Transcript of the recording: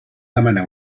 demanar